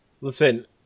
Listen